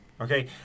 Okay